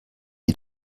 die